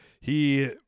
He-